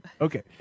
Okay